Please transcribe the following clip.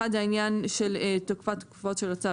אחד זה העניין של תקופת תוקפו של הצו.